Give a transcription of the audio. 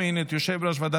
אושרה בקריאה הראשונה